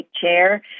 chair